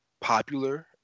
popular